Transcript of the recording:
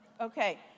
okay